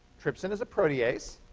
trypsin is a protease.